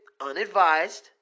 unadvised